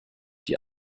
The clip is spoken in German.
die